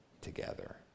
together